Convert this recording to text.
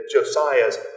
Josiah's